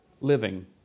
living